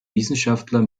wissenschaftler